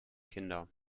kinder